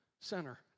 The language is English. Center